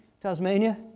Tasmania